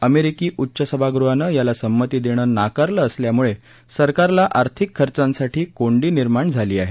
अमेरिकी उच्च सभागृहानं याला संमती देणं नाकारलं असल्यामुळे सरकारला आर्थिक खर्चांसाठी कोंडी निर्माण झाली आहे